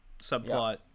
subplot